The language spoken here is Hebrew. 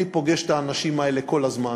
אני פוגש את האנשים האלה כל הזמן.